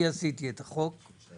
גם אני הצעתי משהו